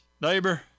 Neighbor